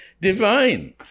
divine